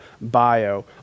bio